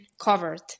covered